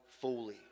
fully